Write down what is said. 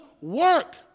work